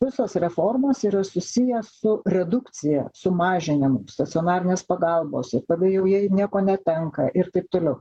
visos reformos yra susiję su redukcija sumažinimu stacionarinės pagalbos ir tada jau jie nieko netenka ir taip toliau